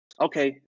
Okay